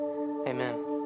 Amen